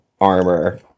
armor